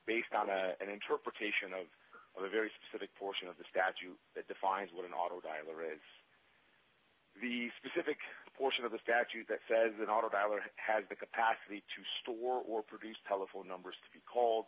based on an interpretation of a very specific portion of the statute that defines what an auto dialer is the specific portion of the statute that says an auto dialer has the capacity to store or produce telephone numbers to be called